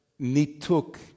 nituk